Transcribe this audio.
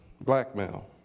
blackmail